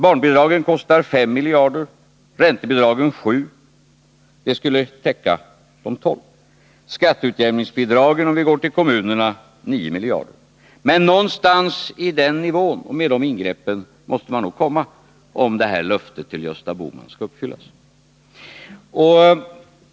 Barnbidragen kostar 5 miljarder, räntebidragen 7 — det skulle täcka de 12 — och, om vi går till kommunerna, skatteutjämningsbidragen 9 miljarder. Någonstans på den nivån måste man då hamna med ingreppen, om löftet till Gösta Bohman skall uppfyllas.